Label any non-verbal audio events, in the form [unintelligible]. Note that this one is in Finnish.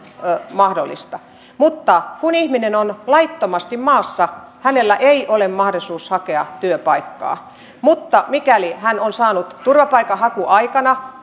mahdollisuutta mutta kun ihminen on laittomasti maassa hänellä ei ole mahdollisuutta hakea työpaikkaa mutta mikäli hän on saanut turvpapaikanhakuaikana [unintelligible]